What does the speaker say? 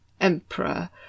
emperor